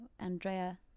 Andrea